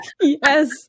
Yes